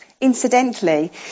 Incidentally